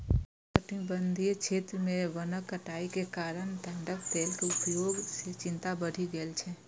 उष्णकटिबंधीय क्षेत्र मे वनक कटाइ के कारण ताड़क तेल के उपयोग सं चिंता बढ़ि गेल छै